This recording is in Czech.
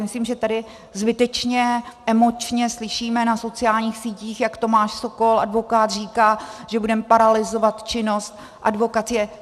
Myslím si, že tady zbytečně emočně slyšíme na sociálních sítích, jak Tomáš Sokol, advokát, říká, že budeme paralyzovat činnost advokacie.